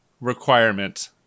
requirement